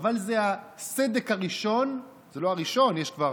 אבל זה הסדק הראשון, זה לא הראשון, יש כבר